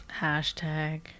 Hashtag